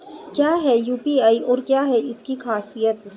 क्या है यू.पी.आई और क्या है इसकी खासियत?